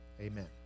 amen